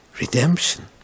Redemption